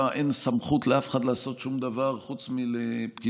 אין סמכות לאף אחד לעשות שום דבר חוץ מלפקידים,